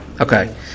okay